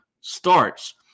starts